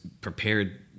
prepared